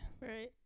Right